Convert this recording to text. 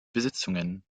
besitzungen